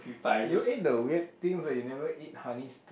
you ate the weird things but you never eat honey stars